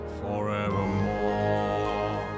forevermore